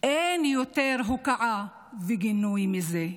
אין יותר הוקעה וגינוי מזה.